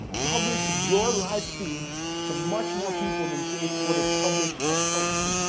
publish your live feed to much more people than say if you were to publish a post,